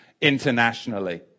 internationally